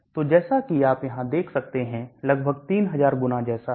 तो जैसा कि आप यहां देख सकते हैं लगभग 3000 गुना जैसा है